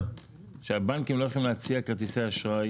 שהבנקים לא יכולים להציע כרטיסי אשראי